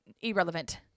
irrelevant